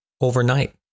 overnight